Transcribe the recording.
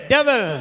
Devil